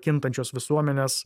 kintančios visuomenės